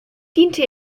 diente